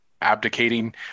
abdicating